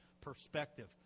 perspective